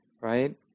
Right